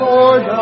Lord